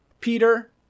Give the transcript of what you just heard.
Peter